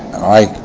i